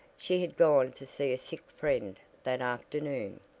she had gone to see a sick friend that afternoon,